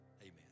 Amen